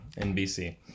NBC